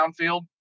downfield